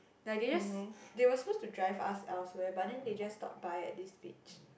like they just they were supposed to drive us elsewhere but then they just stop by at this beach